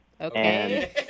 Okay